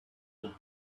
and